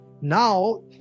Now